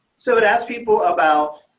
so, it asked people about